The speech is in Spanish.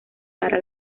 para